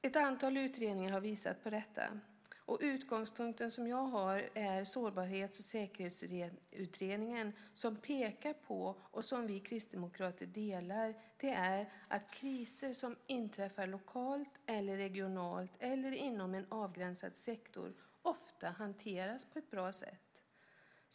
Ett antal utredningar har visat på detta. Den utgångspunkt som jag har är Sårbarhets och säkerhetsutredningen, som pekar på att kriser som inträffar lokalt, regionalt eller inom en avgränsad sektor ofta hanteras på ett bra sätt. Den synen delar vi kristdemokrater.